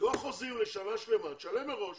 סגור חוזים לשנה שלמה, תשלם מראש